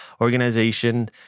organization